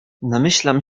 namyślam